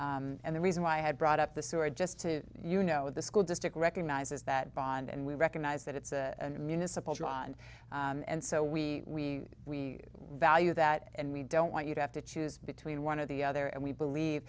ask and the reason why i had brought up the sewer just to you know the school district recognizes that bond and we recognize that it's a municipal john and so we we value that and we i don't want you to have to choose between one of the other and we believe